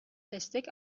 destek